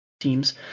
teams